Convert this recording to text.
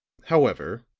however,